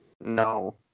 No